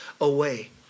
away